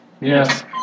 Yes